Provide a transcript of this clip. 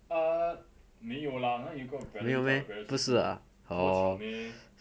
err 没有 lah 哪里有一个 valerie 在我的 C_C 这么巧 meh